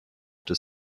des